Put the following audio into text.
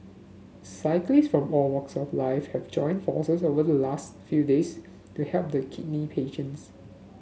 cyclists from all walks of life have joined forces over the last few days to help the kidney patients